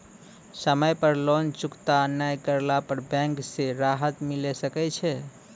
समय पर लोन चुकता नैय करला पर बैंक से राहत मिले सकय छै?